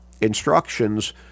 instructions